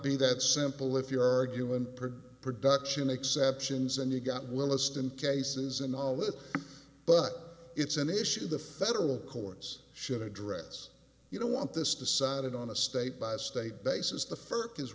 be that simple if you're arguing for production exceptions and you've got willesden cases and all that but it's an issue the federal courts should address you don't want this decided on a state by state basis the fir